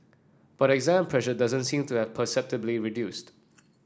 but exam pressure doesn't seem to have perceptibly reduced